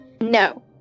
No